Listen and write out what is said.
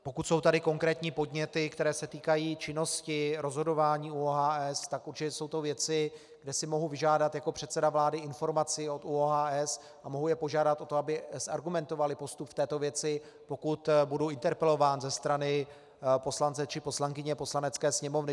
Pokud jsou tady konkrétní podněty, které se týkají činnosti rozhodování ÚOHS, tak určitě jsou to věci, kde si mohu vyžádat jako předseda vlády informaci od ÚOHS a mohu je požádat o to, aby zargumentovali postup v této věci, pokud budu interpelován ze strany poslance či poslankyně Poslanecké sněmovny.